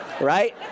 Right